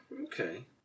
Okay